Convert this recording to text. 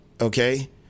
Okay